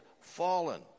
fallen